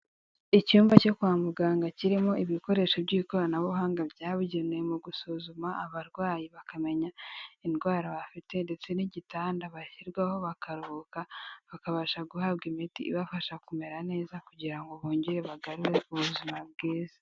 Icyumba cyo kwa muganga kirimo ibikoresho by'ikoranabuhanga byabugenewe mu gusuzuma abarwayi bakamenya indwara bafite ndetse n'igitanda bashyirwaho bakaruhuka, bakabasha guhabwa imiti ibafasha kumera neza kugira ngo bongere bagarure ubuzima bwiza.